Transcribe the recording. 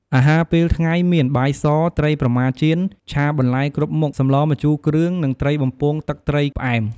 អាហារពេលថ្ងៃមាន បាយស ត្រីប្រម៉ាចៀន ឆាបន្លែគ្រប់មុខ សម្លរម្ជូរគ្រឿង និងត្រីបំពងទឹកត្រីផ្អែម។